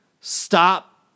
stop